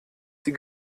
die